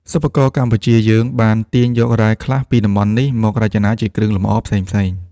សិប្បករកម្ពុជាយើង បានទាញយករ៉ែខ្លះ ពីតំបន់នេះ មករចនាជាគ្រឿងលំអផ្សេងៗ។